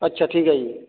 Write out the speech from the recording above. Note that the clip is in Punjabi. ਅੱਛਾ ਠੀਕ ਹੈ ਜੀ